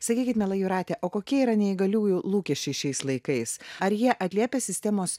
sakykit miela jūrate o kokie yra neįgaliųjų lūkesčiai šiais laikais ar jie atliepia sistemos